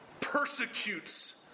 persecutes